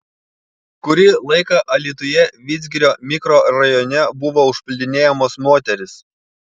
kurį laiką alytuje vidzgirio mikrorajone buvo užpuldinėjamos moterys